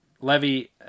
levy